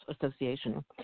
Association